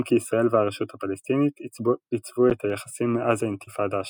אם כי ישראל והרשות הפלסטינית ייצבו את היחסים מאז האינתיפאדה השנייה.